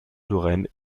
lorraine